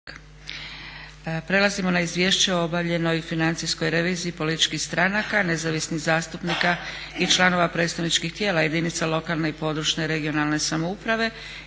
saboru izvješće o obavljenoj financijskoj reviziji političkih stranaka, nezavisnih zastupnika i članova predstavničkih tijela jedinica lokalne i područne (regionalne) samouprave